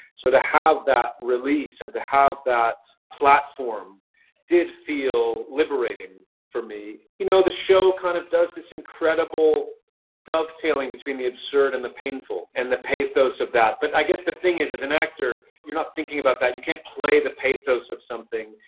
so to have that release, and to have that platform did feel liberating for me. you know, the show kind of does this incredible dovetailing between the absurd and the painful, and the pathos of that. but i guess the thing is, as an actor, you're not thinking about that. you can't play the pathos of something.